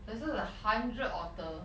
versus a hundred otter